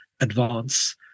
advance